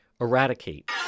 Eradicate